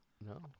No